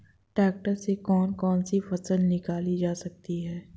Tractor से कौन कौनसी फसल निकाली जा सकती हैं?